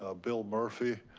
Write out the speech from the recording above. ah bill murphy,